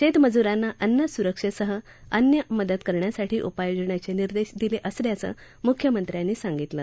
शेतमजुरांना अन्न सुरक्षेसह अन्य मदत करण्यासाठी उपाय योजण्याचे निर्देश दिले असल्याचं मुख्यमंत्र्यांनी सांगितलं